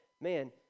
man